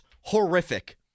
horrific